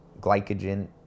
glycogen